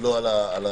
ולא על המותר.